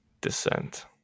Descent